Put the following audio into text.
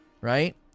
right